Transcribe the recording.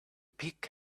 pick